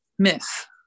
myth